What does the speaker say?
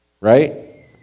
Right